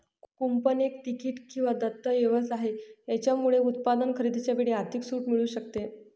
coupon एक तिकीट किंवा दस्तऐवज आहे, याच्यामुळे उत्पादन खरेदीच्या वेळी आर्थिक सूट मिळू शकते